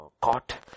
caught